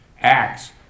acts